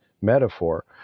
metaphor